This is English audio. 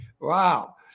wow